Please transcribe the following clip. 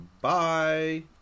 Bye